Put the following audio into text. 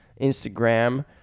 Instagram